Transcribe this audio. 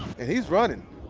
and he's running.